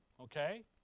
Okay